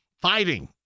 fighting